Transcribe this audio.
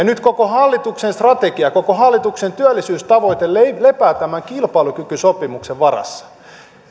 nyt koko hallituksen strategia koko hallituksen työllisyystavoite lepää lepää tämän kilpailukykysopimuksen varassa